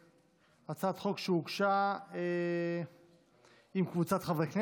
הצעת חוק שהוגשה עם קבוצת חברי הכנסת,